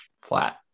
flat